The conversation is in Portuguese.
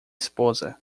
esposa